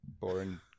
Boring